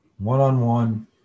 one-on-one